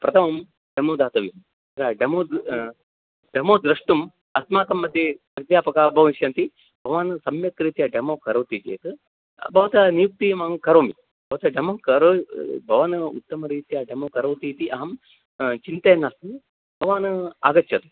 प्रथमं डेमो दातव्यं demo demo द्रष्टुं अस्माकं मध्ये अध्यापकः भविष्यन्ति भवान् सम्यक् रीत्य डेमो करोति चेत् भवतः नियुक्तिमहं करोमि भवति डेमो करो भवान् उत्तमरीत्या डेमो करोति इति अहं चिन्तयन् नास्ति भवान् आगच्छतु